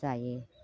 जायो